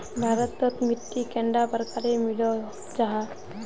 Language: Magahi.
भारत तोत मिट्टी कैडा प्रकारेर मिलोहो जाहा?